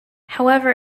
however